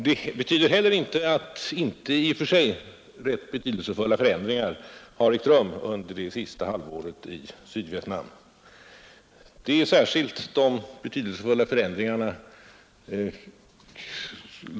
Det innebär inte heller att i och för sig rätt betydelsefulla ändringar inte ägt rum i Sydvietnam under det senaste halvåret.